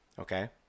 Okay